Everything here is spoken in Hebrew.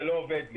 זה לא עובד לי.